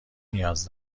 نیاز